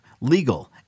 legal